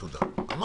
תודה רבה.